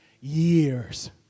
years